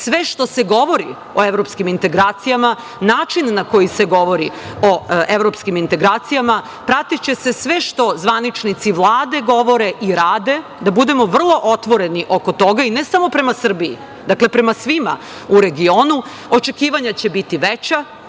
sve što se govori o evropskim integracijama, način na koji se govori o evropskim integracijama. Pratiće se sve što zvaničnici Vlade govore i rade. Da budemo vrlo otvoreni oko toga i ne samo prema Srbiji, dakle, prema svima u regionu. Očekivanja će biti veća,